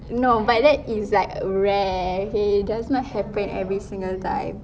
no but that is like rarely does not happen every single time